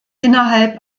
innerhalb